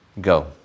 go